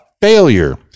failure